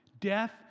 death